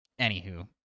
Anywho